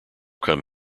come